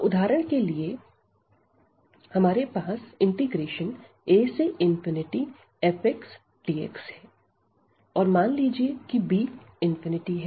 तो उदाहरण के लिए हमारे पास afxdx है और मान लीजिए की b है